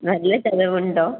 നല്ല ചെലവ് ഉണ്ടോ